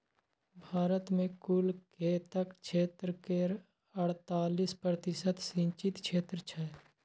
भारत मे कुल खेतक क्षेत्र केर अड़तालीस प्रतिशत सिंचित क्षेत्र छै